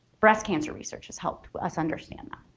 breast cancer research has helped us understand that.